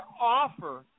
offer